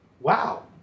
Wow